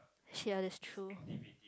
ya that's true